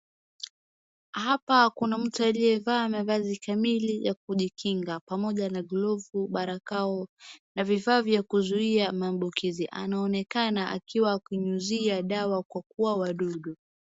Hapa kuna mtu aliyevaa mavazi kamili ya kujikinga pamoja na glovu, barakou na vifaa vya kuzuia maambukizi. Anaonekana akiwa akinyunyuzia dawa kwa kuua wadudu.